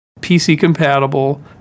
PC-compatible